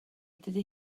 dydy